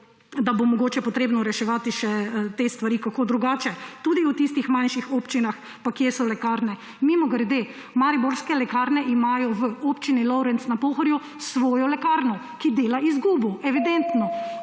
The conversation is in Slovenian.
da bo mogoče treba reševati te stvari še kako drugače, tudi v tistih manjših občinah pa kje so lekarne. Mimogrede, mariborske lekarne imajo v občini Lovrenc na Pohorju svojo lekarno, ki dela izgubo, evidentno.